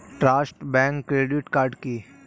Trust bank credit card কি?